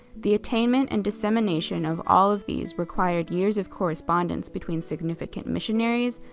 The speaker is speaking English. the attainment and dissemination of all of these required years of correspondence between significant missionaries,